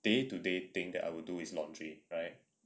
day to day thing that I will do is laundry right